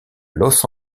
los